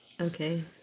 Okay